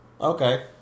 Okay